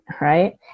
Right